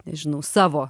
nežinau savo